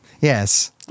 Yes